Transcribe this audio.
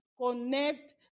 Connect